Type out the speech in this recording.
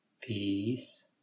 Peace